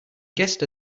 guessed